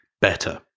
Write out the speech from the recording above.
better